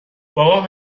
بابام